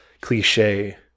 cliche